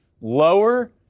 lower